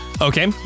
Okay